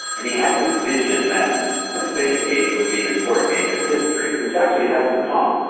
and he had this vision that the space age would be an important age of history, which actually it has become,